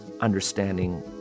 understanding